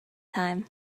time